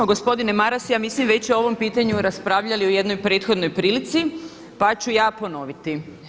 Mi smo gospodine Maras ja mislim već o ovom pitanju raspravljali u jednoj prethodnoj prilici, pa ću ja ponoviti.